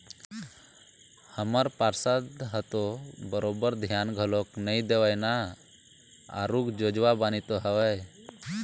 हमर पार्षद ह तो बरोबर धियान घलोक नइ देवय ना आरुग जोजवा बानी तो हवय